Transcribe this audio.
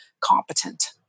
competent